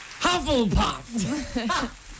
Hufflepuff